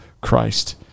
Christ